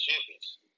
champions